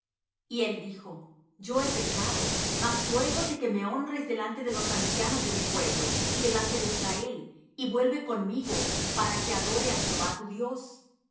y él dijo yo he pecado mas ruégote que me honres delante de los ancianos de mi pueblo y delante de israel y vuelve conmigo para que adore á jehová tu dios